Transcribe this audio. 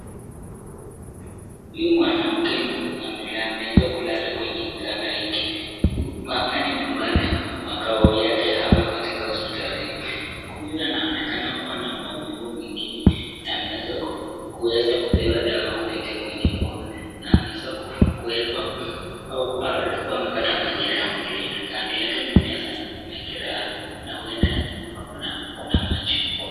Huyu mwanamke ameweza kulala kwenye kitanda hiki. Hapa ni nyumbani makao yake ama katika hosipitalini. Huyu anaonekana kua na maumivu mwilini na ameenza kupewa dawa kupitia kwenye mkono na ameeza kuwekwa au alikua amepata majeraha mwilini. Kando yake ni meza imeekelewa na huenda kuna maji huko.